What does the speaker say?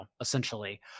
essentially